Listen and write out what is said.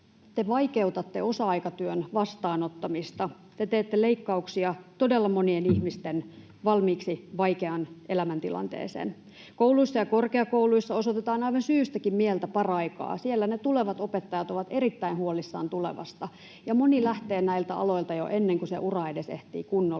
te vaikeutatte osa-aikatyön vastaanottamista, te teette leikkauksia todella monien ihmisten valmiiksi vaikeaan elämäntilanteeseen. Kouluissa ja korkeakouluissa osoitetaan aivan syystäkin mieltä paraikaa. Siellä ne tulevat opettajat ovat erittäin huolissaan tulevasta, ja moni lähtee näiltä aloilta jo ennen kuin se ura edes ehtii kunnolla